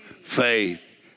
Faith